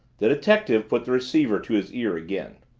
the detective put the receiver to his ear again.